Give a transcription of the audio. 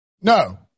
No